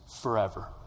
forever